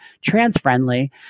trans-friendly